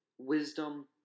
wisdom